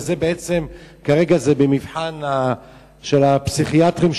וכרגע זה במבחן של הפסיכיאטרים,